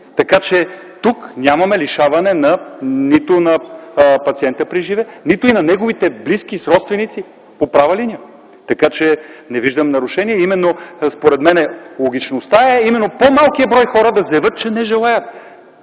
Така че тук нямаме лишаване нито на пациента приживе, нито на неговите близки, родственици по права линия, така че не виждам нарушение. Именно, според мен, логичността е именно по-малкият брой хора да заявят, че не желаят.